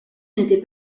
n’était